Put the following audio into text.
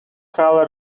colour